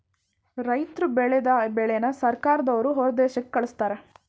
ರೈತರ್ರು ಬೆಳದ ಬೆಳೆನ ಸರ್ಕಾರದವ್ರು ಹೊರದೇಶಕ್ಕೆ ಕಳಿಸ್ತಾರೆ